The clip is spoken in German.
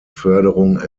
förderung